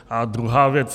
A druhá věc.